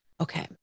Okay